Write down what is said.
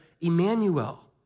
Emmanuel